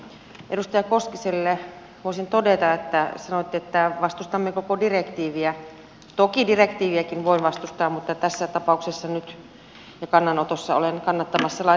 edustaja koskiselle voisin todeta että kun sanoitte että vastustamme koko direktiiviä niin toki direktiiviäkin voin vastustaa mutta nyt tässä tapauksessa ja kannanotossa olen kannattamassa lain hylkäämistä